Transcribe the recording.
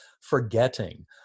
forgetting